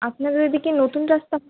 আপনাদের ঐ দিকে নতুন রাস্তা হয় নি